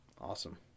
Awesome